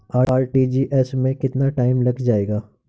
RTGS में कितना time लग जाएगा?